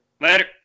Later